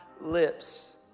lips